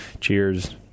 Cheers